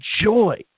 joy